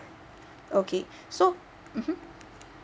okay so mmhmm